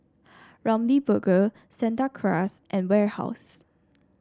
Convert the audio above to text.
Ramly Burger Santa Cruz and Warehouse